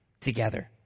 together